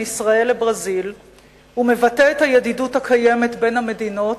ישראל לברזיל ומבטא את הידידות הקיימת בין המדינות